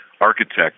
architect